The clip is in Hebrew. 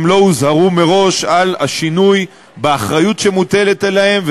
שהם לא הוזהרו מראש על השינוי באחריות שמוטלת עליהם,